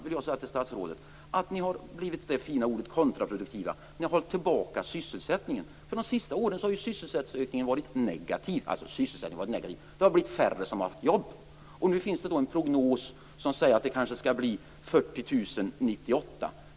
Ni har, statsrådet, blivit - som det fina ordet lyder - kontraproduktiva. Ni har hållit tillbaka sysselsättningen. Under de senaste åren har ju sysselsättningsökningen varit negativ; det har blivit färre som har jobb. Nu finns en prognos som säger att det kanske skall bli 40 000 under 1998.